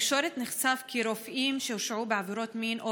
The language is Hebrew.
בתקשורת נחשף כי רופאים שהורשעו בעבירות מין או